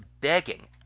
begging